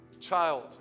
child